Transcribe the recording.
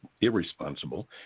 irresponsible